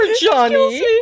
Johnny